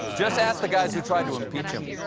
just ask the guys who tried to impeach him.